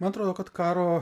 man atrodo kad karo